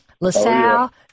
LaSalle